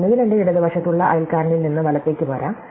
ഒന്നുകിൽ എന്റെ ഇടതുവശത്തുള്ള അയൽക്കാരനിൽ നിന്ന് വലത്തേക്ക് വരാം